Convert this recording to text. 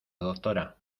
doctora